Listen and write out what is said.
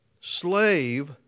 slave